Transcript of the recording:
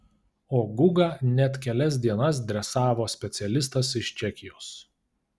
o gugą net kelias dienas dresavo specialistas iš čekijos